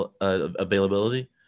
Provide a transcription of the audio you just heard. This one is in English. availability